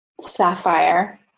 Sapphire